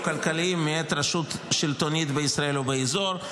כלכליים מאת רשות שלטונית בישראל או באזור,